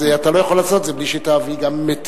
אז אתה לא יכול לעשות את זה בלי שתעשה גם בטירה.